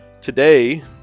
Today